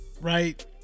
right